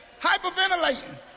Hyperventilating